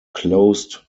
closed